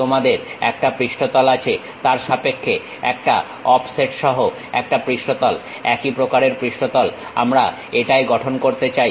তোমাদের একটা পৃষ্ঠতল আছে তার সাপেক্ষে একটা অফসেট সহ একটা পৃষ্ঠতল একই প্রকারের পৃষ্ঠতল আমরা এটায় গঠন করতে চাই